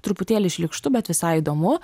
truputėlį šlykštu bet visai įdomu